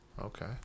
Okay